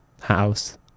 house